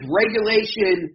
regulation